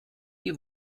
die